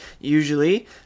usually